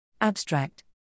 Abstract